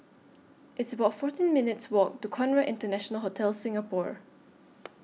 It's about fourteen minutes' Walk to Conrad International Hotel Singapore